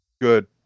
Good